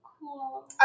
cool